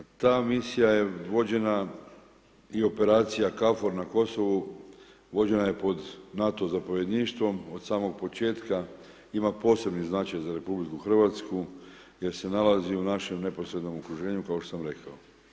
Ta misija je vođena i operacija KFOR na Kosovu, vođena je pod NATO zapovjedništvom od samog početka, ima posebni značaj za RH jer se nalazi u našem neposrednom okruženju kao što sam rekao.